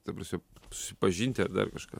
ta prasme susipažinti ar dar kažką